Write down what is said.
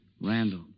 Randall